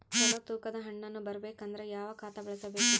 ಚಲೋ ತೂಕ ದ ಹಣ್ಣನ್ನು ಬರಬೇಕು ಅಂದರ ಯಾವ ಖಾತಾ ಬಳಸಬೇಕು?